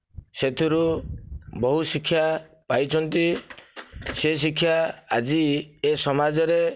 ସେଥିରୁ ବହୁ ଶିକ୍ଷା ପାଇଛନ୍ତି ସେ ଶିକ୍ଷା ଆଜି ଏ ସମାଜରେ